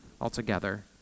altogether